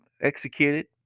executed